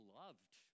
loved